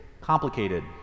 complicated